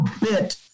bit